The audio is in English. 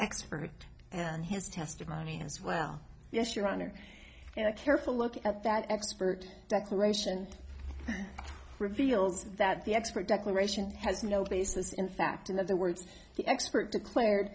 expert and his testimony as well yes your honor and a careful look at that expert dr aeration reveals that the expert declaration has no basis in fact in other words the expert declared